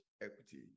equity